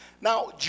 Now